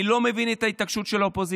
אני לא מבין את ההתעקשות של האופוזיציה.